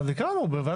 אז נקרא לו.